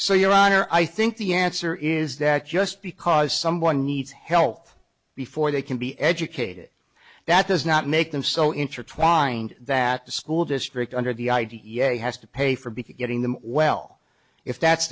so your honor i think the answer is that just because someone needs health before they can be educated that does not make them so intertwined that the school district under the i d e a has to pay for be getting them well if that's